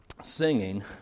singing